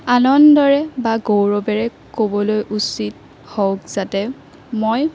আনন্দৰে বা গৌৰৱেৰে ক'বলৈ উচিত হওক যাতে মই